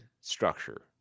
structure